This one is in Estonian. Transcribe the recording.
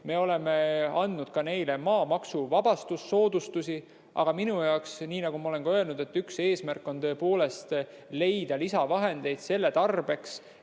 Me oleme andnud neile ka maamaksuvabastuse soodustusi. Aga minu jaoks on, nii nagu ma olen ka öelnud, üks eesmärk tõepoolest leida lisavahendeid selle tarbeks,